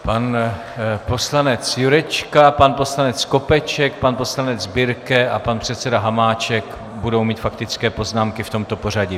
Pan poslanec Jurečka, pan poslanec Skopeček, pan poslanec Birke a pan předseda Hamáček budou mít faktické poznámky v tomto pořadí.